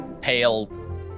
pale